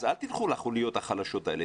אז אל תדחו לחוליות החלשות האלה.